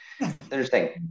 Interesting